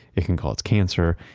it can cause cancer,